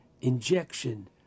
injection